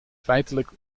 feitelijk